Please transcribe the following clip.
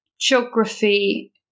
Geography